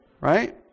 Right